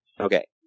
Okay